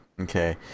Okay